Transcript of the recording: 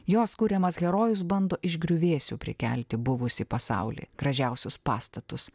jos kuriamas herojus bando iš griuvėsių prikelti buvusį pasaulį gražiausius pastatus